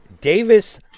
davis